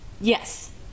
yes